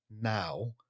now